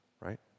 right